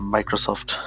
Microsoft